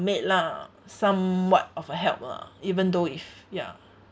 maid lah somewhat of a help ah even though if ya